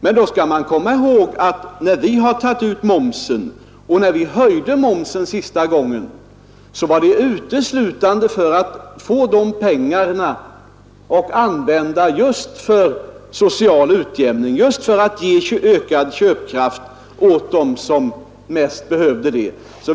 Men det gäller att komma ihåg att anledningen till att vi har tagit ut enhetlig moms och senast höjde den var uteslutande för att kunna använda pengarna till social utjämning, för att kunna ge ökad köpkraft åt dem som bäst behövde det.